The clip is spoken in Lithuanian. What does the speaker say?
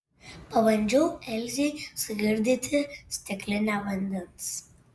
pabandžiau elzei sugirdyti stiklinę vandens